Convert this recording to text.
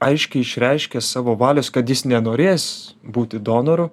aiškiai išreiškęs savo valios kad jis nenorės būti donoru